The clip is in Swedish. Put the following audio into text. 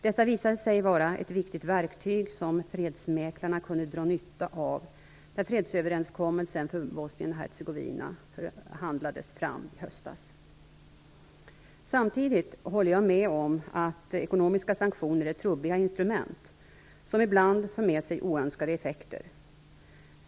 Dessa visade sig vara ett viktigt verktyg som fredsmäklarna kunde dra nytta av när fredsöverenskommelsen för Bosnien-Hercegovina förhandlades fram i höstas. Samtidigt håller jag med om att ekonomiska sanktioner är trubbiga instrument, som ibland för med sig oönskade effekter.